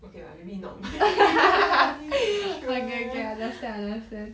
okay lah maybe not my